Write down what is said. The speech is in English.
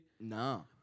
No